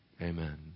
amen